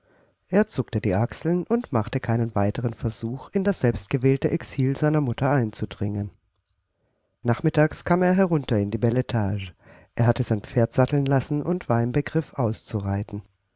er zuckte die achseln und machte keinen weiteren versuch in das selbstgewählte exil seiner mutter einzudringen nachmittags kam er herunter in die bel etage er hatte sein pferd satteln lassen und war im begriff auszureiten